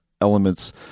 Elements